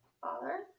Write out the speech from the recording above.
Father